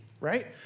right